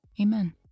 Amen